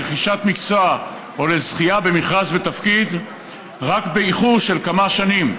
לרכישת מקצוע או לזכייה במכרז בתפקיד רק באיחור של כמה שנים,